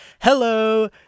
Hello